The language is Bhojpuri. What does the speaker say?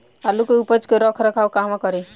आलू के उपज के रख रखाव कहवा करी?